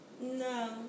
No